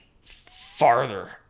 farther